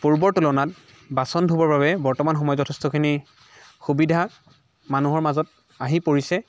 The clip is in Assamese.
পূৰ্বৰ তুলনাত বাচন ধুবৰ বাবে বৰ্তমান সময়ত যথেষ্টখিনি সুবিধা মানুহৰ মাজত আহি পৰিছে